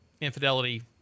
infidelity